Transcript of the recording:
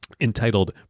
entitled